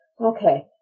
Okay